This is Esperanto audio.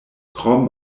krom